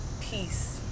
peace